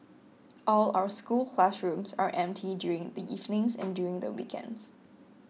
all our school classrooms are empty during the evenings and during the weekends